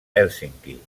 hèlsinki